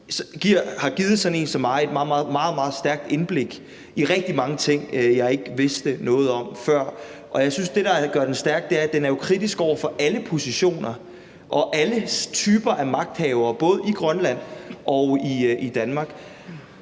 har givet sådan en som mig et meget, meget stærkt indblik i rigtig mange ting, jeg ikke vidste noget om før. Jeg synes, at det, der gør den stærk, er, at den jo er kritisk over for alle positioner og alle typer af magthavere både i Grønland og i Danmark.